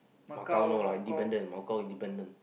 Macau no lah independent Macau independent